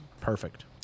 perfect